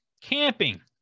camping